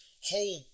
whole